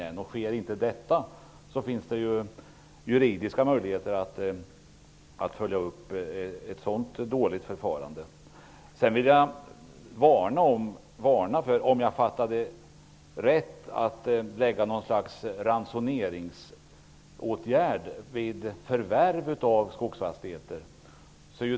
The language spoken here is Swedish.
Om detta inte sker finns det juridiska möjligheter att följa upp ett sådant dåligt förfarande. Jag vill varna för - om jag uppfattade detta rätt - att ha någon slags ransoneringsåtgärd vid förvärv av skogsfastigheter.